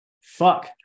fuck